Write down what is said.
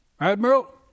Admiral